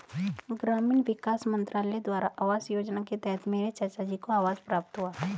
ग्रामीण विकास मंत्रालय द्वारा आवास योजना के तहत मेरे चाचाजी को आवास प्राप्त हुआ